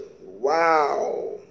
Wow